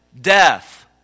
death